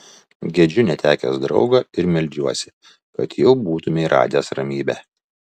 gedžiu netekęs draugo ir meldžiuosi kad jau būtumei radęs ramybę